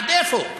עד איפה?